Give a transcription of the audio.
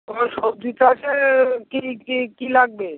কোনও সবজি চাষে কী কী কী লাগবে